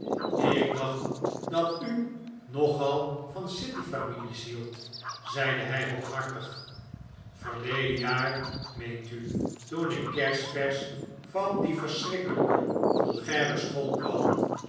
ik dacht dat u nog al van city families hield zeide hij hooghartig verleden jaar meent u toenik kersversch van die verschrikkelijke vulgaire school kwam